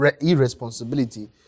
irresponsibility